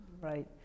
Right